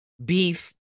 beef